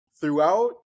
throughout